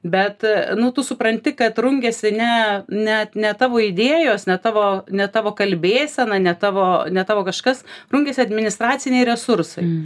bet nu tu supranti kad rungiasi ne net ne tavo idėjos ne tavo ne tavo kalbėsena ne tavo ne tavo kažkas rungiasi administraciniai resursai